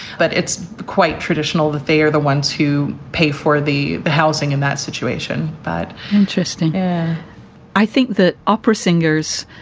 but it's quite traditional that they're the ones who pay for the the housing in that situation but interesting and i think that opera singers,